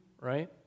right